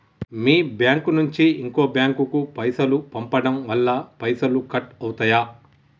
మీ bank నుంచి ఇంకో bank కు పైసలు పంపడం వల్ల పైసలు కట్ అవుతయా?